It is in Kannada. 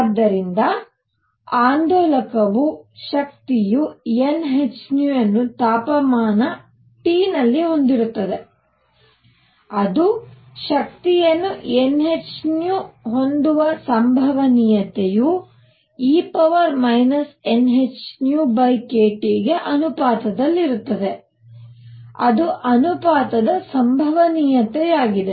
ಆದ್ದರಿಂದ ಆಂದೋಲಕವು ಶಕ್ತಿಯ n h ಅನ್ನು ತಾಪಮಾನ T ನಲ್ಲಿ ಹೊಂದಿರುತ್ತದೆ ಅದು ಶಕ್ತಿಯನ್ನು n h ಹೊಂದುವ ಸಂಭವನೀಯತೆಯು e nhνkT ಗೆ ಅನುಪಾತದಲ್ಲಿರುತ್ತದೆ ಅದು ಅನುಪಾತದ ಸಂಭವನೀಯತೆಯಾಗಿದೆ